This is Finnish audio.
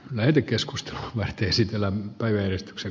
neiti keskusta lähtee sisällä päiväjärjestyksen